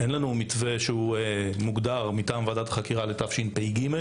אין לנו מתווה מוגדר מטעם ועדת החקירה לתשפ"ג.